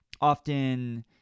often